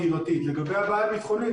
לגבי הבעיה הביטחונית,